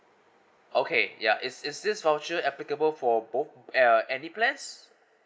okay ya is is this voucher applicable for both at uh any plans